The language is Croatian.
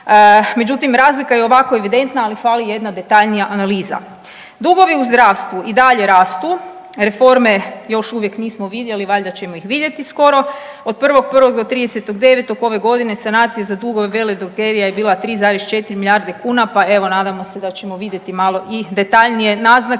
Međutim, razlika je ovako evidentna, ali fali jedna detaljnija analiza. Dugovi u zdravstvu i dalje rastu, reforme još uvijek nismo vidjeli, valjda ćemo ih vidjeti skoro. Od 1.1. do 30.9. ove godine sanacije za dugove veledrogerija je bila 3,4 milijarde kuna, pa evo nadamo se da ćemo vidjeti malo i detaljnije naznake